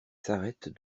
s’arrête